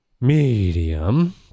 Medium